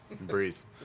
Breeze